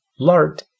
lart